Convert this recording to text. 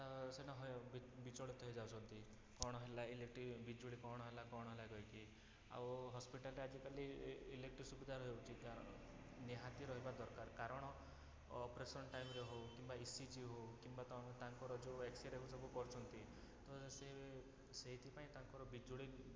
ତ ସେନ ହେଇ ବି ବିଚଳିତ ହେଇଯାଉଛନ୍ତି କ'ଣ ହେଲା ଇଲେକ୍ଟ୍ରିକ୍ ବିଜୁଳି କ'ଣ ହେଲା କ'ଣ ହେଲା କହିକି ଆଉ ହସ୍ପିଟାଲରେ ଆଜିକାଲି ଇ ଇଲେକ୍ଟ୍ରିକ୍ ସୁବିଧା ରହୁଛି କା ନିହାତି ରହିବା ଦରକାର କାରଣ ଅପରେସନ୍ ଟାଇମରେ ହଉ କିମ୍ବା ଇସିଜି ହଉ କିମ୍ବା ତୁମ ତାଙ୍କର ଯେଉଁ ଏକ୍ସ୍ରେ ସବୁ କରୁଛନ୍ତି ତ ସେ ସେଇଥିପାଇଁ ତାଙ୍କର ବିଜୁଳି ଦରକାର